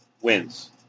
wins